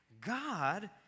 God